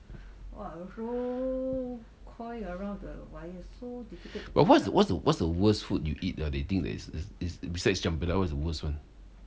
what's the what's the what's the what's the worst food you eat uh that you think is is is besides chempedak what is the worst one